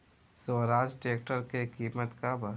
Swaraj tractor के किमत का बा?